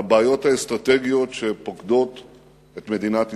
לבעיות האסטרטגיות שפוקדות את מדינת ישראל,